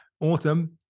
Autumn